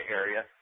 area